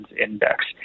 Index